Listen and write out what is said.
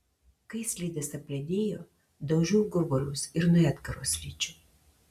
kai slidės apledėjo daužiau gurvuolius ir nuo edgaro slidžių